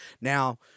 Now